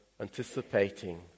anticipating